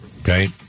Okay